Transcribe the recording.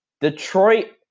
Detroit